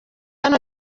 hano